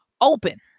open